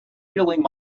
feeling